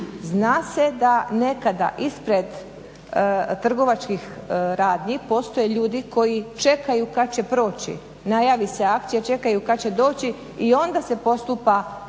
Zna se da nekada ispred trgovačkih radnji postoje ljudi koji čekaju kad će proći, najavi se akcija, čekaju kad će doći i onda se postupa po